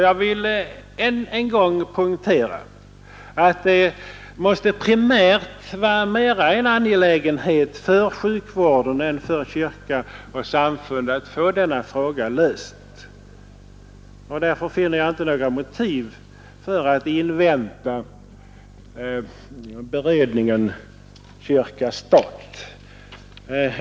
Jag vill än en gång poängtera att det måste primärt mer vara en angelägenhet för sjukvården än för kyrka och samfund att få denna fråga löst. Därför finner jag inte några motiv för att invänta beredningen kyrka—stat.